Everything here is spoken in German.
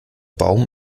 baum